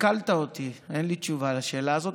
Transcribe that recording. התקלת אותי, אין לי תשובה לשאלה הזאת.